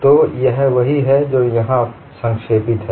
तो यह वही है जो यहाँ संक्षेपित है